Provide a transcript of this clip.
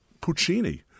Puccini